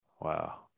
Wow